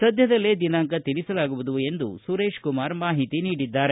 ಸದ್ಯದಲ್ಲೇ ದಿನಾಂಕ ತಿಳಿಸಲಾಗುವುವು ಎಂದು ಸುರೇಶ್ ಕುಮಾರ್ ಮಾಹಿತಿ ನೀಡಿದ್ದಾರೆ